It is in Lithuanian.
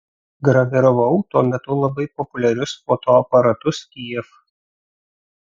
graviravau tuo metu labai populiarius fotoaparatus kijev